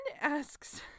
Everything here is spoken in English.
asks